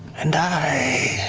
and i